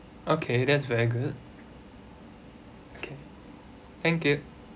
okay that's very good okay thank you